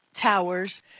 towers